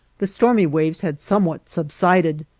the stormy waves had somewhat subsided,